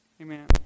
Amen